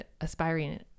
aspiring